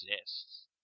exists